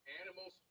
animals